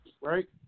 right